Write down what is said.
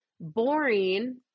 boring